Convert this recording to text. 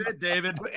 david